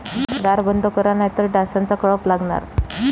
दार बंद करा नाहीतर डासांचा कळप लागणार